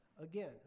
Again